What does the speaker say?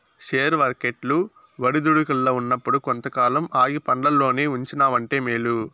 share వర్కెట్లు ఒడిదుడుకుల్ల ఉన్నప్పుడు కొంతకాలం ఆగి పండ్లల్లోనే ఉంచినావంటే మేలు